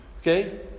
okay